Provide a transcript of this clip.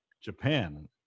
Japan